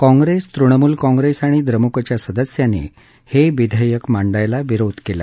काँग्रेस तृणमूल काँग्रेस आणि द्रमुकच्या सदस्यांनी हे विधेयक मांडण्यास विरोध केला